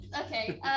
Okay